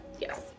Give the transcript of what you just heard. Yes